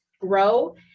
grow